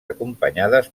acompanyades